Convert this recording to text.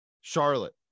Charlotte